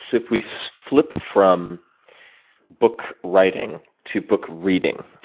if we flip from book writing to book reading,